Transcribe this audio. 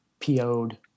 PO'd